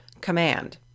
command